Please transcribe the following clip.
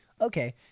Okay